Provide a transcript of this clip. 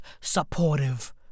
supportive